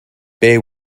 bear